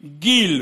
גיל,